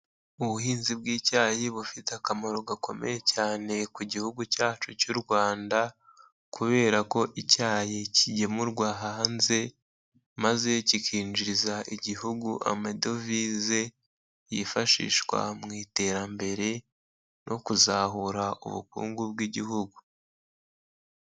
Ubuhinzi bw'icyayi bufite akamaro gakomeye cyane ku Gihugu cyacu cy'u Rwanda, kubera ko icyayi kigemurwa hanze, maze kikinjiriza igihugu amadovize yifashishwa mu iterambere no kuzahura ubukungu bw'igihugu.